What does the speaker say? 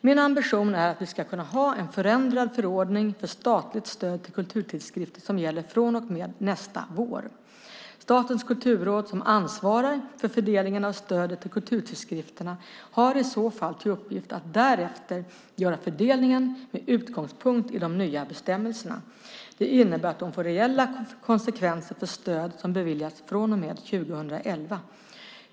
Min ambition är att vi kan ha en förändrad förordning för statligt stöd till kulturtidskrifter som gäller från och med nästa vår. Statens kulturråd som ansvarar för fördelningen av stödet till kulturtidskrifterna har i så fall till uppgift att därefter göra fördelningen med utgångspunkt i de nya bestämmelserna. Det innebär att det får reella konsekvenser för stöd som beviljas från och med 2011.